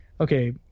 okay